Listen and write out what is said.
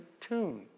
tune